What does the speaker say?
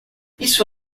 isso